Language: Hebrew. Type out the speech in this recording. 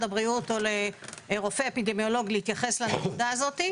הבריאות או לרופא אפידמיולוג להתייחס לנקודה הזאת.